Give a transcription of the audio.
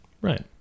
right